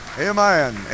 amen